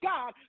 God